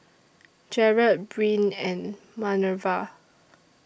Jarret Bryn and Manerva